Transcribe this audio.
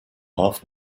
half